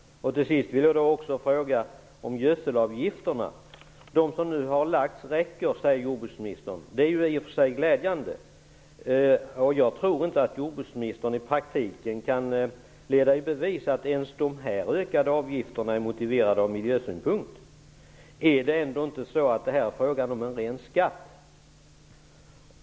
Till sist vill jag ställa en fråga om gödselavgifterna. De som nu är aktuella räcker, säger jordbruksministern. Det är i och för sig glädjande. Jag tror inte att jordbruksministern i praktiken kan leda i bevis att de här ökade avgifterna är motiverade ur miljösynpunkt. Är det ändå inte fråga om en ren skatt?